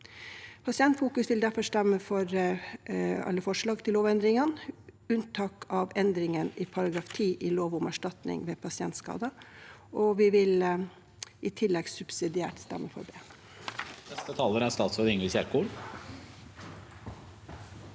Pasientfokus vil derfor stemme for alle forslag til lovendringer, men støtter ikke endringen i § 10 a i lov om erstatning ved pasientskader. Vi vil imidlertid subsidiært stemme for det.